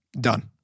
done